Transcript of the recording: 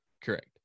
correct